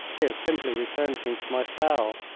they have simply returned me to my cell.